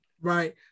Right